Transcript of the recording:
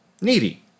needy